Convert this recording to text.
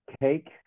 cake